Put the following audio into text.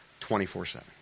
24-7